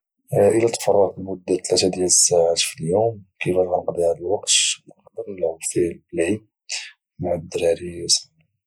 الا تفرغت لمده ثلاثه ديال الساعات في اليوم كيفاش غانقضي هذا الوقت نقدر نلعب فيه البلاي مع الدراري صحابي